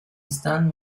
están